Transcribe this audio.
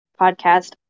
podcast